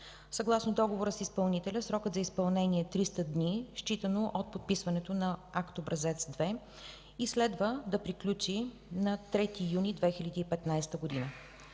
Съгласно договора с изпълнителя срокът за изпълнение е 300 дни, считано от подписването на Акт, Образец 2, и следва да приключи на 3 юни 2015 г.